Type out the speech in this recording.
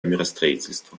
миростроительству